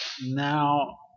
now